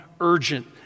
urgent